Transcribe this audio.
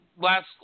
last